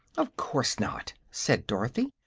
of course not, said dorothy.